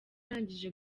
arangije